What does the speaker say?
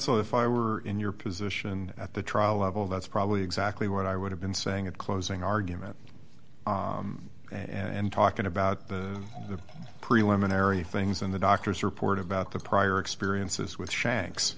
counsel if i were in your position at the trial level that's probably exactly what i would have been saying at closing argument and talking about the preliminary things in the doctor's report about the prior experiences with shanks